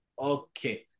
Okay